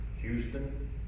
Houston